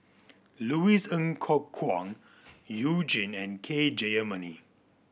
Louis Ng Kok Kwang You Jin and K Jayamani